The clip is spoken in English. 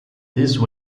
these